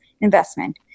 investment